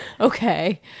okay